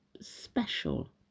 special